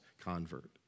convert